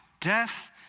death